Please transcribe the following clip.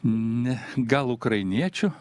ne gal ukrainiečių